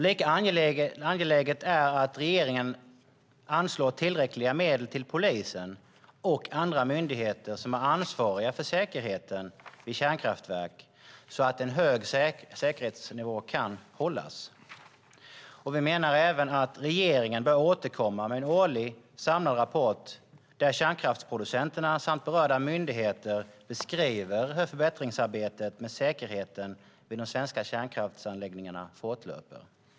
Lika angeläget är att regeringen anslår tillräckliga medel till polisen och andra myndigheter som är ansvariga för säkerheten vid kärnkraftverk så att en hög säkerhetsnivå kan hållas. Vi menar även att regeringen bör återkomma med en årlig samlad rapport där kärnkraftsproducenterna och berörda myndigheter beskriver hur förbättringsarbetet med säkerheten vid de svenska kärnkraftsanläggningarna fortlöper.